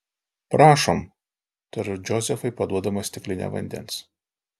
prašom tariu džozefui paduodama stiklinę vandens